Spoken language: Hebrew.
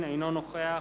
אינו נוכח